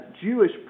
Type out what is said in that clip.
Jewish